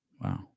Wow